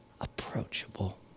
approachable